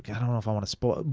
yeah don't know if i wanna spoil,